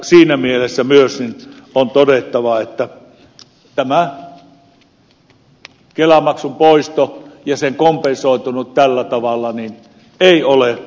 siinä mielessä myös on todettava että tämä kelamaksun poisto ja sen kompensoituminen tällä tavalla eivät ole onnistuneet